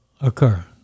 occur